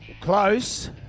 Close